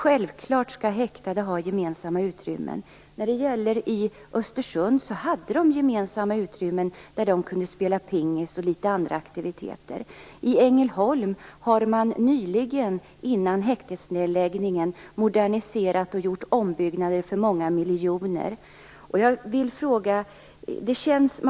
Häktade skall självfallet ha gemensamma utrymmen. I Östersund hade de gemensamma utrymmen där de kunde spela pingis och ha litet andra aktiviteter. I Ängelholm har man nyligen, innan häktesnedläggningen, moderniserat och gjort ombyggnader för många miljoner.